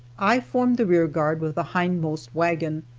i formed the rear guard with the hindmost wagon,